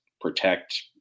protect